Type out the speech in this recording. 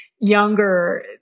younger